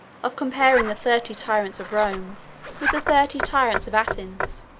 of comparing the thirty tyrants of rome with the thirty tyrants of athens,